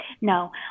No